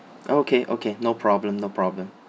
okay okay no problem no problem